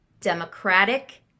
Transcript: Democratic